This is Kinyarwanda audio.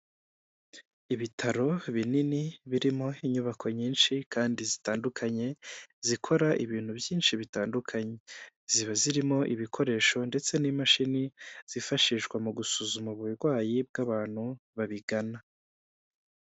Ibitaro binini birimo inyubako nyinshi kandi zitandukanye zikora ibintu byinshi bitandukanye ziba zirimo ibikoresho ndetse n'imashini zifashishwa mu gusuzuma uburwayi bw'abantu babigana.